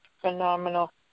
Phenomenal